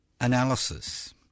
analysis